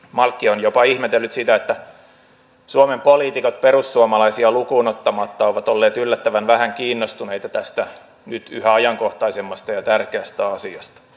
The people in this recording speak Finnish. malkki on jopa ihmetellyt sitä että suomen poliitikot perussuomalaisia lukuun ottamatta ovat olleet yllättävän vähän kiinnostuneita tästä nyt yhä ajankohtaisemmasta ja tärkeästä asiasta